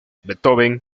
beethoven